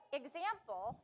example